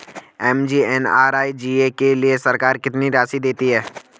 MGNREGA के लिए सरकार कितनी राशि देती है?